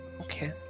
Okay